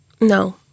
No